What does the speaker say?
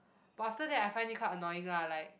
but after that I find it quite annoying lah like